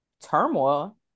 turmoil